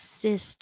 assist